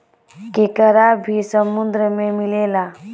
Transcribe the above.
केकड़ा भी समुन्द्र में मिलेला